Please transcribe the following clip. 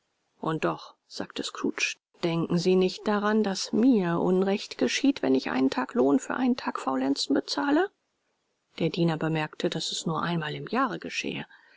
und doch sagte scrooge denken sie nicht daran daß mir unrecht geschieht wenn ich einen tag lohn für einen tag faulenzen bezahle der diener bemerkte daß es nur einmal im jahre geschähe